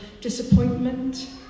disappointment